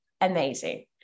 Amazing